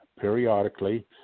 periodically